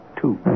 Two